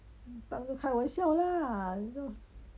当着开玩笑 lah !aiyo!